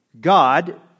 God